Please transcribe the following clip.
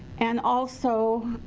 and also